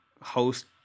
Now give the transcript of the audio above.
host